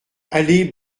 allée